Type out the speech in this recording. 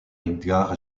edgar